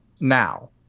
now